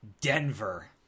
Denver